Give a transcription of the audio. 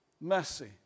Mercy